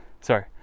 sorry